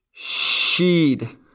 Sheed